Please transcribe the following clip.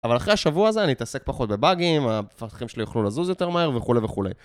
אבל אחרי השבוע הזה אני התעסק פחות בבאגים, המפתחים שלי יוכלו לזוז יותר מהר וכולי וכולי.